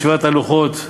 בשבירת הלוחות,